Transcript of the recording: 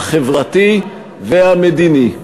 החברתי והמדיני,